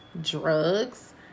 drugs